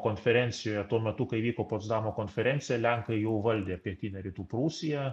konferencijoje tuo metu kai vyko potsdamo konferencija lenkai jau valdė pietinę rytų prūsiją